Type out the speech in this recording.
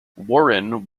warren